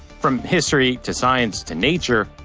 from history to science to nature,